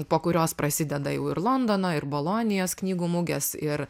po kurios prasideda jau ir londono ir bolonijos knygų mugės ir